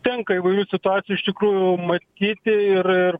tenka įvairių situacijų iš tikrųjų matyti ir ir